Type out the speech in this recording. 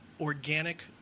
organic